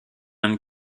and